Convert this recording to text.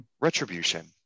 retribution